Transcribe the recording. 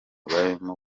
barimo